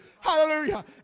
Hallelujah